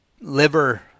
liver